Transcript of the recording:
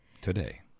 Today